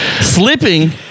slipping